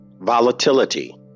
volatility